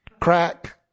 crack